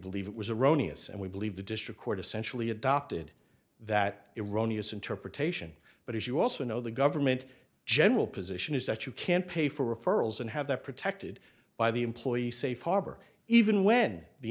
believe it was erroneous and we believe the district court essentially adopted that iranians interpretation but as you also know the government general position is that you can't pay for referrals and have that protected by the employee safe harbor even when the